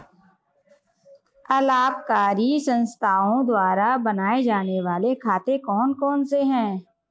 अलाभकारी संस्थाओं द्वारा बनाए जाने वाले खाते कौन कौनसे हैं?